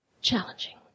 challenging